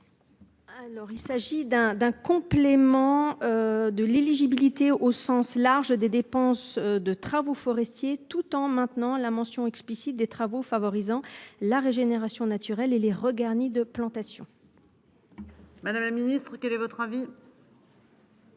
il s'agit d'un d'un complément. De l'éligibilité au sens large des dépenses de travaux forestiers tout en maintenant la mention explicite des travaux favorisant la régénération naturelle et les regards ni de plantations. Madame la Ministre, quel est votre avis.